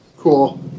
Cool